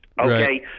Okay